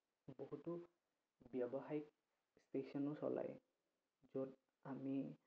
বহুতো ব্যৱসায়িক ষ্টেচনো চলায় য'ত আমি